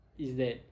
is that